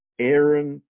Aaron